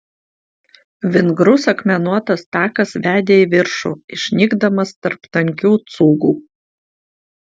vingrus akmenuotas takas vedė į viršų išnykdamas tarp tankių cūgų